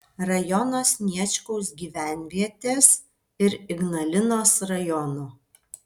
rajono sniečkaus gyvenvietės ir ignalinos rajono